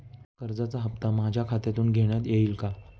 कर्जाचा हप्ता माझ्या खात्यातून घेण्यात येईल का?